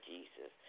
Jesus